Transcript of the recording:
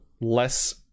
less